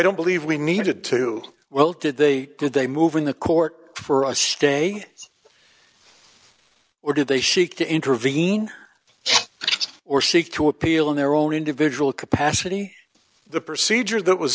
don't believe we needed to well did they did they move in the court for a stay or did they seek to intervene or seek to appeal in their own individual capacity the procedure that was